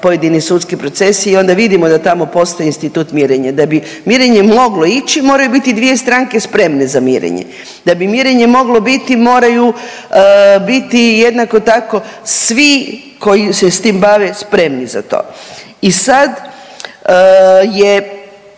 pojedini sudski procesi i onda vidimo da tamo postoji institut mirenja. Da bi mirenje moglo ići moraju biti dvije stranke spremne za mirenje. Da bi mirenje moglo biti moraju biti jednako tako svi koji se s tim bave spremni za to. I sad je